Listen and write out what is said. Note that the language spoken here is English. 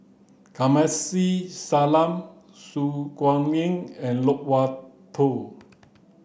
Kamsari Salam Su Guaning and Loke Wan Tho